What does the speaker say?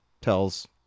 tells